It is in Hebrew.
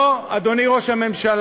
לא, אדוני ראש הממשלה,